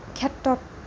ক্ষেত্ৰত